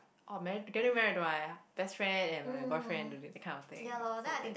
oh marr~ getting married to my best friend and my boyfriend know that kind of thing so that